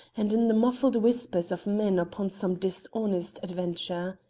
and in the muffled whispers of men upon some dishonest adventure.